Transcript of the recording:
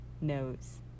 knows